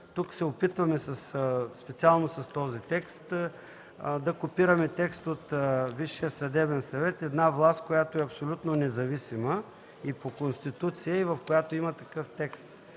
тук се опитваме да копираме текста от Висшия съдебен съвет – една власт, която е абсолютно независима и по Конституция, и в която има такъв текст.